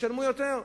ישלמו יותר.